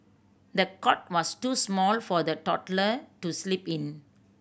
the cot was too small for the toddler to sleep in